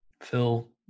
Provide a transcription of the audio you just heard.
Phil